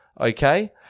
Okay